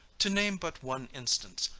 to name but one instance,